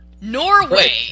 Norway